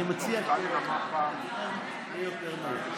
אני מציע שתהיה יותר מדויק.